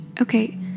Okay